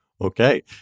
Okay